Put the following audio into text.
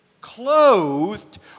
clothed